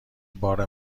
بار